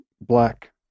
black